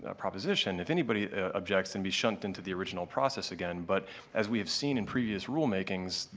ah proposition, if anybody objects and we shunt into the original process again, but as we have seen in previous rulemakings,